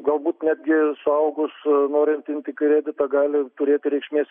galbūt netgi suaugus norint imti kreditą gali turėti reikšmės